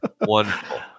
Wonderful